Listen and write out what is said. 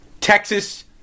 Texas